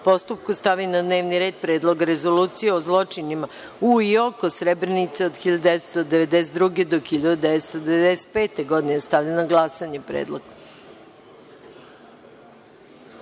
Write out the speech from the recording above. postupku stavi na dnevni red Predlog rezolucije o zločinima u i oko Srebrenice od 1992. do 1995. godine. Stavljam na glasanje. Zaključujem